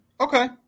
Okay